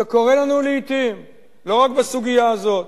זה קורה לנו לעתים לא רק בסוגיה הזאת.